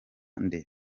nde